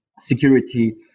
security